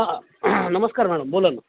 हा नमस्कार मॅडम बोला ना